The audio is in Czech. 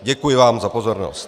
Děkuji vám za pozornost.